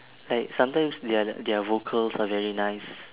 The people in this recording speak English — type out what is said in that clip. like sometimes their their vocals are very nice